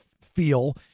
feel